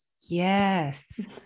yes